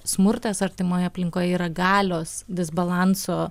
smurtas artimoje aplinkoj yra galios disbalanso